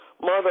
Mother